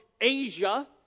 Asia